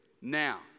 now